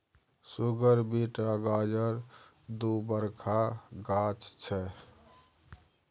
सुगर beet आ गाजर दु बरखा गाछ छै